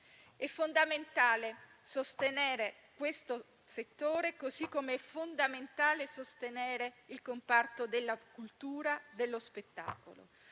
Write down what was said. È fondamentale sostenere questo settore, così come lo è sostenere il comparto della cultura e dello spettacolo.